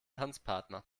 tanzpartner